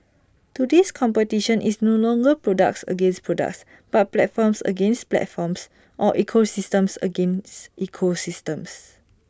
today's competition is no longer products against products but platforms against platforms or ecosystems against ecosystems